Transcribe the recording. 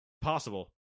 Possible